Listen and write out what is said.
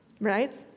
right